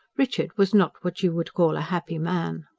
richard was not what you would call a happy man.